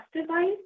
device